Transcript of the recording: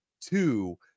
two